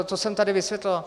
Co jsem tady vysvětloval.